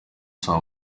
saa